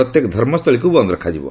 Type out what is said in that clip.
ପ୍ରତ୍ୟେକ ଧର୍ମସ୍ଥଳୀକୁ ବନ୍ଦ ରଖାଯିବ